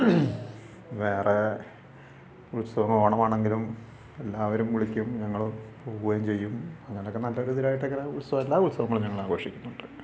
വേറെ ഉത്സവം ഓണമാണെങ്കിലും എല്ലാവരും വിളിക്കും ഞങ്ങൾ പോകുവേം ചെയ്യും അങ്ങനക്കെ നല്ലൊരിതിലായിട്ടക്കെ ഉത്സാവമോ എല്ലാ ഉത്സവങ്ങളും ഞങ്ങൾ ആഘോഷിക്കുന്നുണ്ട്